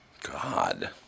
God